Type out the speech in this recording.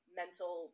mental